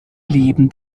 leben